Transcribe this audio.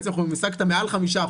בעצם אנחנו אומרים: השגת מעל 5%,